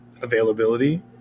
availability